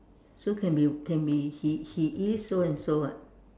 so can be can be he he is so and so [what]